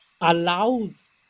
allows